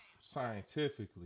scientifically